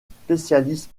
spécialiste